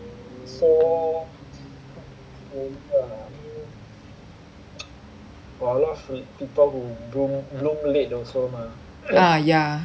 ya ya